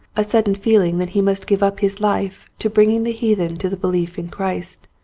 a sudden feeling that he must give up his life to bringing the heathen to the belief in christ,